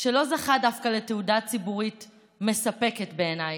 שדווקא לא זכה לתהודה ציבורית מספקת בעיניי,